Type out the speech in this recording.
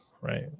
right